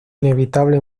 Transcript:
inevitable